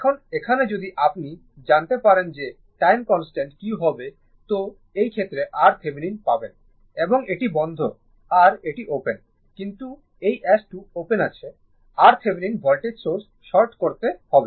এখন এখানে যদি আপনি জানতে পারেন যে টাইম কনস্ট্যান্ট কি হবে তো এই ক্ষেত্রে RThevenin পাবেন এবং এটি বন্ধ আর এটি ওপেন কিন্তু এই S 2 ওপেন আছে RThevenin ভোল্টেজ সোর্স শর্ট করতে হবে